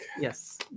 Yes